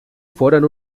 foren